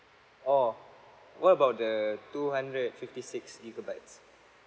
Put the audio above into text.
oh what about the two hundred fifty six gigabytes